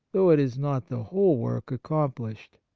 though it is not the whole work accomplished.